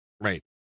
Right